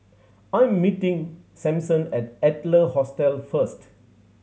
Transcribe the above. I'm meeting Sampson at Adler Hostel first